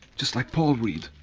just like paul reed